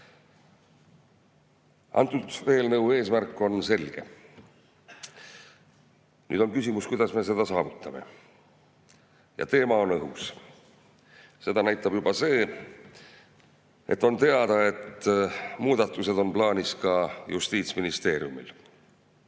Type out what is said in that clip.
eelnõu eesmärk on selge. Nüüd on küsimus, kuidas me seda saavutame. Ja teema on õhus. Seda näitab juba see, et on teada, et muudatused on plaanis ka Justiitsministeeriumil.